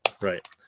Right